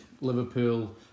Liverpool